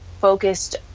focused